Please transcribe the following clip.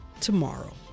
tomorrow